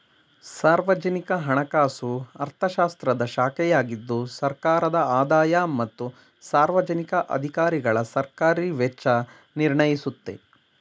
ಸಾರ್ವಜನಿಕ ಹಣಕಾಸು ಅರ್ಥಶಾಸ್ತ್ರದ ಶಾಖೆಯಾಗಿದ್ದು ಸರ್ಕಾರದ ಆದಾಯ ಮತ್ತು ಸಾರ್ವಜನಿಕ ಅಧಿಕಾರಿಗಳಸರ್ಕಾರಿ ವೆಚ್ಚ ನಿರ್ಣಯಿಸುತ್ತೆ